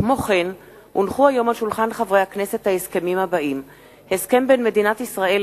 מאת חברי הכנסת זבולון אורלב